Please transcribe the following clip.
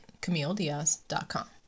CamilleDiaz.com